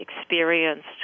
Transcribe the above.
experienced